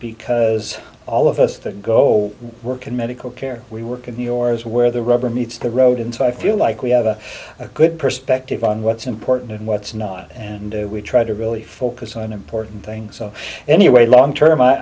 because all of us that go work in medical care we work in yours where the rubber meets the road and so i feel like we have a good perspective on what's important and what's not and we try to really focus on important things so anyway long term